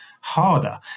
harder